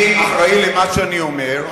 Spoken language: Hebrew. אני אחראי למה שאני אומר,